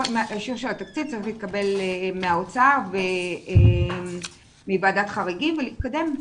האישור של התקציב צריך להתקבל מהאוצר ומוועדת חריגים ולהתקדם.